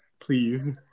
please